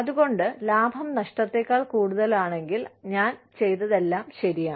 അതുകൊണ്ട് ലാഭം നഷ്ടത്തേക്കാൾ കൂടുതലാണെങ്കിൽ ഞാൻ ചെയ്തതെല്ലാം ശരിയാണ്